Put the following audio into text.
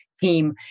team